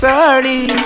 early